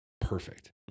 perfect